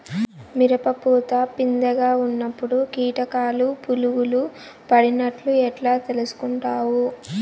మిరప పూత పిందె గా ఉన్నప్పుడు కీటకాలు పులుగులు పడినట్లు ఎట్లా తెలుసుకుంటావు?